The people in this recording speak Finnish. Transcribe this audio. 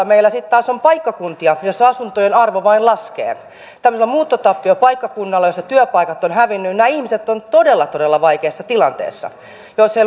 meillä sitten taas on paikkakuntia joissa asuntojen arvo vain laskee tämmöisellä muuttotappiopaikkakunnalla josta työpaikat ovat hävinneet nämä ihmiset ovat todella todella vaikeassa tilanteessa jos heillä